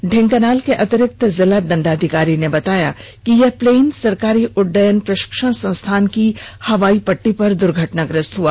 ढेंकनाल के अतिरिक्त जिला दंडाधिकारी ने बताया कि यह प्लेन सरकारी उडयन प्रषिक्षण संस्थान की हवाई पटटी पर दुर्घटनाग्रस्त हुआ